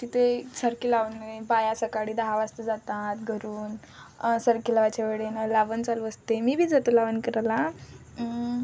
तिथे सरकी लावून बाया सकाळी दहा वाजता जातात घरून सरकी लावायच्या वेळेनं लावणं चालू असते मी बी जातो लावण करायला